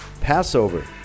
Passover